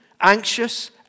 anxious